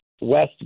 West